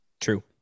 True